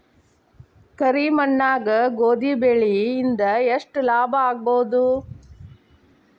ಕರಿ ಮಣ್ಣಾಗ ಗೋಧಿ ಬೆಳಿ ಇಂದ ಎಷ್ಟ ಲಾಭ ಆಗಬಹುದ?